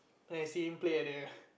then I see him play at the